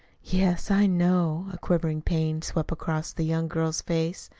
yes, i know. a quivering pain swept across the young girl's face.